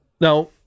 Now